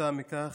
וכתוצאה מכך,